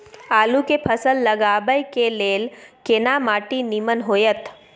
आलू के फसल लगाबय के लेल केना माटी नीमन होयत?